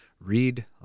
read